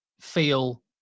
feel